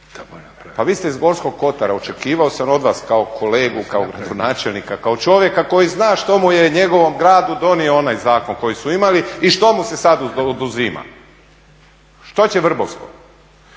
Pa vi ste iz Gorskog kotara, očekivao sam od vas kao kolege, kao gradonačelnika, kao čovjeka koji zna što je njegovom gradu donio onaj zakon koji su imali i što mu se sad oduzima. Što će Vrbovsko?